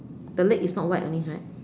the leg is not white only right